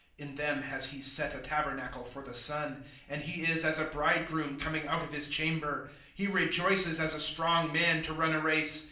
in them has he set a tabernacle for the sun and he is as a bridegroom coming out of his chamber he rejoices as a strong man to run a race.